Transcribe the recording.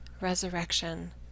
Resurrection